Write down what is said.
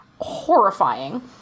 horrifying